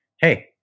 hey